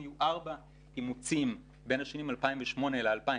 היו ארבעה אימוצים בין השנים 2008 ל-2017,